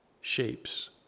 shapes